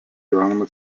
gyvenama